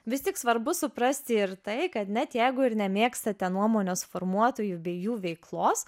vis tik svarbu suprasti ir tai kad net jeigu ir nemėgstate nuomonės formuotojų bei jų veiklos